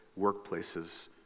workplaces